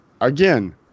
again